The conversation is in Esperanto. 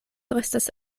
restas